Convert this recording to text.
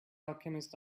alchemist